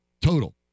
Total